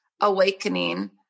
awakening